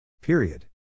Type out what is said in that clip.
Period